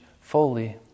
fully